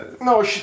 no